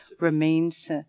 remains